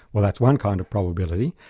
well, that's one kind of probability,